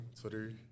Twitter